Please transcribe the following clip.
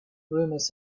rumors